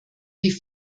wie